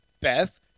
Beth